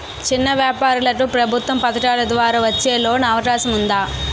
చిన్న వ్యాపారాలకు ప్రభుత్వం పథకాల ద్వారా వచ్చే లోన్ అవకాశం ఉందా?